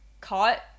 Caught